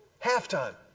Halftime